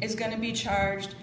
it's going to be charged